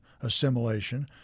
assimilation